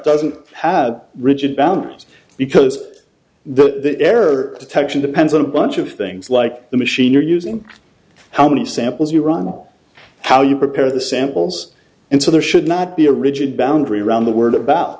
doesn't have rigid boundaries because the error detection depends on a bunch of things like the machine you're using how many samples you run how you prepare the samples and so there should not be a rigid boundary around the world about